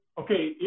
Okay